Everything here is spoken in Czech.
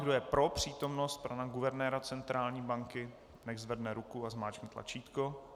Kdo je pro přítomnost pana guvernéra centrální banky, nechť zvedne ruku a zmáčkne tlačítko.